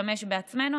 להשתמש בעצמנו.